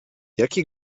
jaki